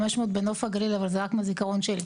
להצביע על הפיצול ואז הם צריכים להביא נוסח לפרסום להסתייגויות